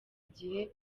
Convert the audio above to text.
igihe